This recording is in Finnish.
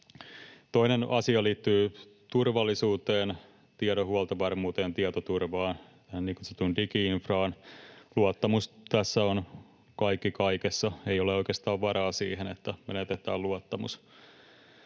Toinen asia liittyy turvallisuuteen, tiedon huoltovarmuuteen, tietoturvaan ja niin kutsuttuun digi-infraan. Luottamus tässä on kaikki kaikessa. Ei ole oikeastaan varaa siihen, että menetetään luottamus.